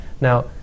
Now